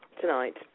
tonight